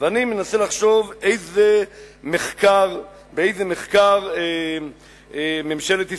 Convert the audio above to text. ואני מנסה לחשוב באיזה מחקר ממשלת ישראל,